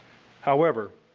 however,